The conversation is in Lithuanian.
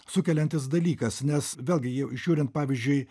sukeliantis dalykas nes vėlgi jau žiūrint pavyzdžiui